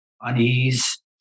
unease